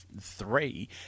three